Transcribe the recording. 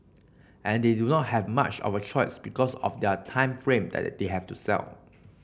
and they do not have much of a choice because of their time frame that they have to sell